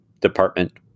department